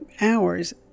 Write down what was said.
hours